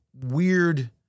weird